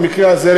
במקרה הזה,